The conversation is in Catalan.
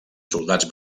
soldats